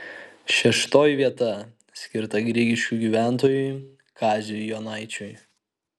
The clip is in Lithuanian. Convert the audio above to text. šeštoji vieta skirta grigiškių gyventojui kaziui jonaičiui